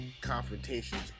confrontations